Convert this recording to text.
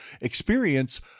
experience